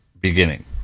beginning